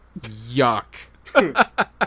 Yuck